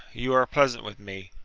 you are pleasant with me.